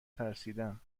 ترسیدم